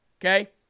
Okay